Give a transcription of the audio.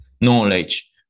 knowledge